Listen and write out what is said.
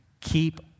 Keep